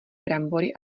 brambory